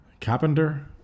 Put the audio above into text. carpenter